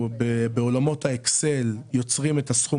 בעולמות האקסל אנחנו יוצרים את הסכום